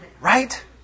Right